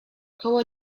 koło